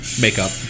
makeup